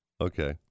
Okay